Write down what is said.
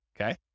Okay